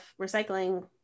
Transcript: recycling